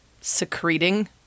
secreting